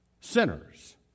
sinners